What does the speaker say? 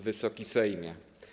Wysoki Sejmie!